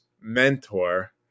mentor